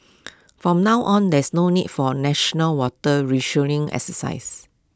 for now on there is no need for national water rationing exercises